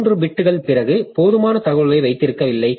3 bit பிறகு போதுமான தகவல்களை வைத்திருக்கவில்லை